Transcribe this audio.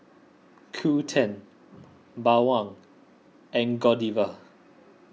Qoo ten Bawang and Godiva